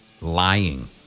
lying